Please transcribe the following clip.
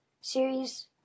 series